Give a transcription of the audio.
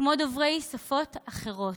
כמו דוברי שפות אחרות.